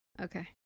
Okay